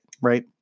right